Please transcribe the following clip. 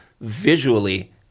visually